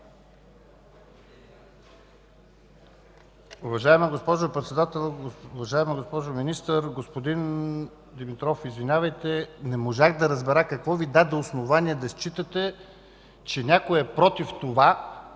Уважаема госпожо Председател, уважаема госпожо Министър! Господин Димитров, извинявайте, не можах да разбера какво Ви даде основание да считате, че някой е против това